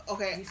Okay